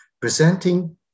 presenting